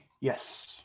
Yes